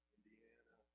Indiana